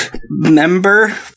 member